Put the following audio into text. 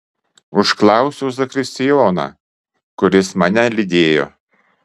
užklausiau zakristijoną kuris mane lydėjo